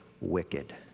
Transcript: wicked